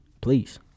Please